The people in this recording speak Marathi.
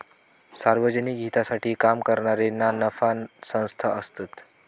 सार्वजनिक हितासाठी काम करणारे ना नफा संस्था असतत